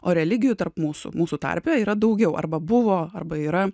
o religijų tarp mūsų mūsų tarpe yra daugiau arba buvo arba yra